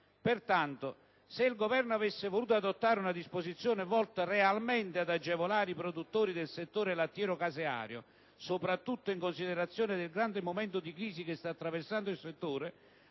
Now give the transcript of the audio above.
Pertanto, se il Governo avesse voluto adottare una disposizione volta realmente ad agevolare i produttori del settore lattiero-caseario, soprattutto in considerazione del grave momento di crisi che sta attraversando il comparto,